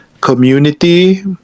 community